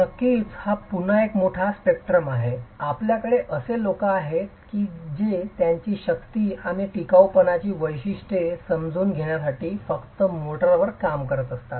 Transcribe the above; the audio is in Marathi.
नक्कीच हा पुन्हा एक मोठा स्पेक्ट्रम आहे आपल्याकडे असे लोक आहेत जे त्यांची शक्ती आणि टिकाऊपणाची वैशिष्ट्ये समजून घेण्यासाठी फक्त मोर्टारवर काम करतात